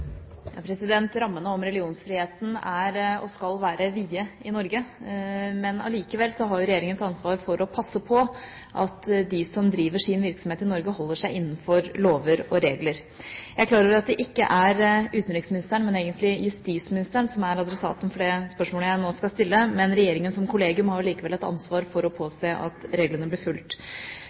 Norge, men likevel har regjeringen ansvar for å passe på at de som driver sin virksomhet i Norge, holder seg innenfor lover og regler. Jeg er klar over at det ikke er utenriksministeren, men egentlig justisministeren som er adressaten for det spørsmålet jeg nå skal stille, men regjeringen som kollegium har likevel et ansvar for å påse at reglene blir fulgt.